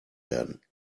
werden